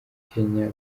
kenya